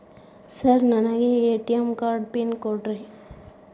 Sir ನನಗೆ ATM card pin ಕೊಡ್ರಿ?